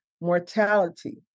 mortality